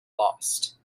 lost